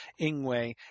Ingwe